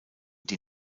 die